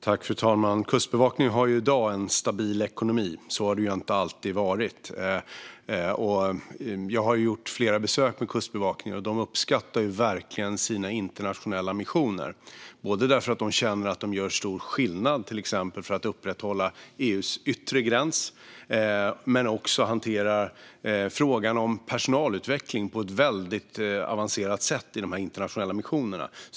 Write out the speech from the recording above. Fru talman! Kustbevakningen har i dag en stabil ekonomi. Så har det inte alltid varit. Jag har gjort flera besök hos Kustbevakningen, och de uppskattar verkligen sina internationella missioner därför att de känner att de gör stor skillnad till exempel för att upprätthålla EU:s yttre gräns. De hanterar också frågan om personalutveckling på ett väldigt avancerat sätt i de internationella missionerna.